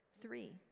Three